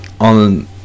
On